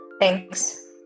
Thanks